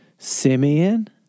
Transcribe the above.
Simeon